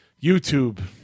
YouTube